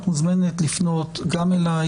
את מוזמנת לפנות גם אליי,